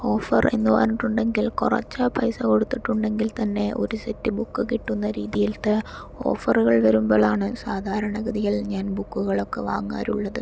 offer എന്നു പറഞ്ഞിട്ടുണ്ടെങ്കിൽ കുറച്ച് പൈസ കൊടുത്തിട്ടുണ്ടെങ്കിൽ തന്നെ ഒരു സെറ്റ് ബുക്ക് കിട്ടുന്ന രീതിയിലത്തെ ഓഫറുകൾ വരുമ്പോഴാണ് സാധാരണ ഗതിയിൽ ഞാൻ ബുക്കുകളൊക്കെ വാങ്ങാറുള്ളത്